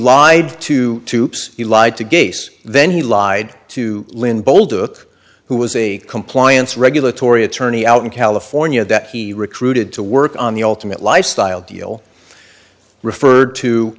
lied to he lied to gays then he lied to lynn bolduc who was a compliance regulatory attorney out in california that he recruited to work on the ultimate lifestyle deal referred to